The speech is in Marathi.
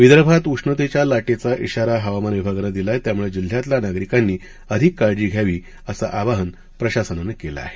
विदर्भात उष्णतेच्या लाटेचा इशारा हवामान विभागानं दिला आहे त्यामुळे जिल्ह्यातल्या नागरिकांनी अधिक काळजी घेण्याचा घ्यावी असं आवाहन प्रशासनानं केलं आहे